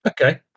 Okay